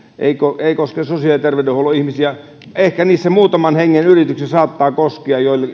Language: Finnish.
ei koske sosiaali ja terveydenhuollon ihmisiä ehkä niissä muutaman hengen yrityksissä saattaa koskea